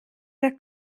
der